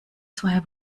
zwei